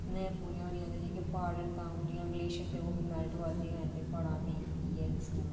कि'यां पूरियां होनियां ते जियां प्हाड़ न ते हून जि'यां गलेशियर न ते ओह् मैल्ट होआ दे गै न ते प्हाड़ां दा बी इ'यै सिस्टम ऐ